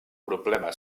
problema